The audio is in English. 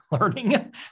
learning